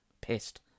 pissed